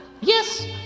Yes